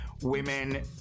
women